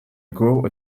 grow